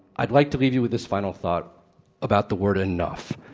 i'd like to leave you with this final thought about the word, enough.